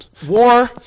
War